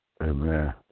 Amen